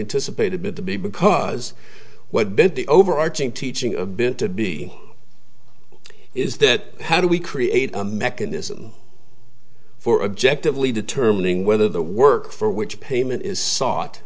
anticipated to be because what bent the overarching teaching a bit to be is that how do we create a mechanism for objective lee determining whether the work for which payment is sought